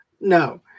No